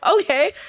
okay